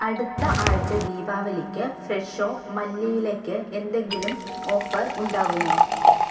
അടുത്ത ആഴ്ച ദീപാവലിക്ക് ഫ്രെഷോ മല്ലി ഇലയ്ക്ക് എന്തെങ്കിലും ഓഫർ ഉണ്ടാകുമോ